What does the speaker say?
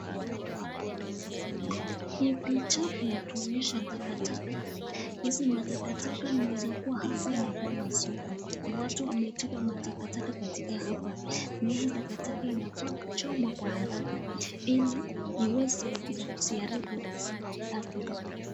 Hii picha inatuonyesha takataka hizi matakataka inaeza kuwa hapa nakuanga soko, watu wametupa matakataka katika hapa, hizi takataka inafaa kuchomwa kwa haraka iliiweze isiaribu ardhi.